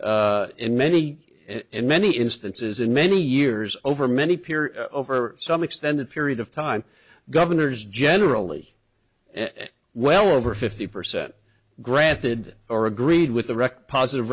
in many many instances in many years over many peer over some extended period of time governors generally well over fifty percent granted or agreed with the wreck positive